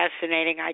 fascinating